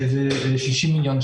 במטרות השינוי,